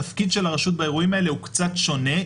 התפקיד של הרשות באירועים האלה הוא קצת שונה.